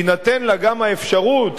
תינתן לה גם האפשרות,